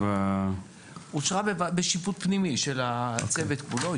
אושרה בשיפוט פנימי של הצוות כולו.